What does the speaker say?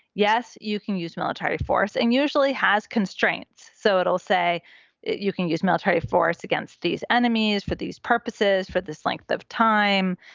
yes, you can use military force and usually has constraints. so it'll say you can use military force against these enemies for these purposes purposes for this length of time.